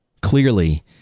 Clearly